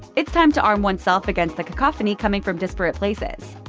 it's time to arm oneself against the cacophony coming from disparate places.